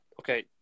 okay